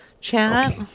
chat